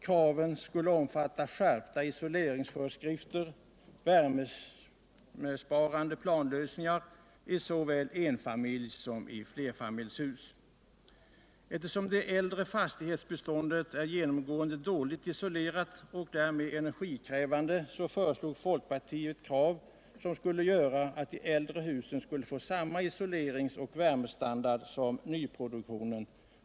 Kraven skulle omfatta skärpta isoleringsföreskrifter och värmebesparande planlösningar i såväl enfamiljs som flerfamiljshus. Eftersom det äldre fastighetsbeståndet är genomgående dåligt isolerat och därmed energikrävande. föreslog folkpartiet införande av krav som skulle medföra att de äldre husen fick samma isolerings och värmestandard som nyproduktionen.